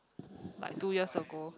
like two years ago